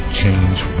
change